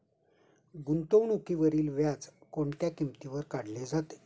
गुंतवणुकीवरील व्याज कोणत्या किमतीवर काढले जाते?